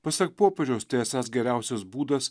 pasak popiežiaus tai esąs geriausias būdas